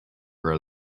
were